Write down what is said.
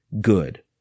good